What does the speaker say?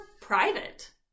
private